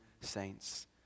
saints